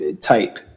type